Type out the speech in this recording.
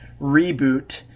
reboot